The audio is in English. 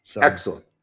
Excellent